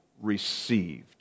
received